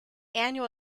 annual